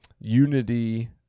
unity